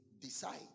decide